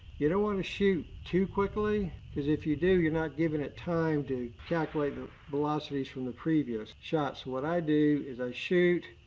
you don't want to shoot too quickly. because if you do you're not giving it time to calculate the velocities from the previous shot. so, what i do is, i shoot,